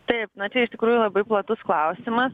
taip na čia iš tikrųjų labai platus klausimas